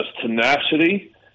tenacity